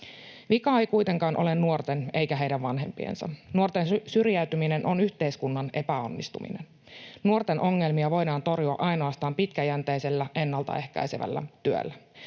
Vika ei kuitenkaan ole nuorten eikä heidän vanhempiensa. Nuorten syrjäytyminen on yhteiskunnan epäonnistuminen. Nuorten ongelmia voidaan torjua ainoastaan pitkäjänteisellä ennaltaehkäisevällä työllä.